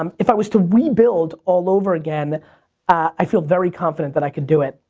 um if i was to rebuild all over again i feel very confident that i could do it.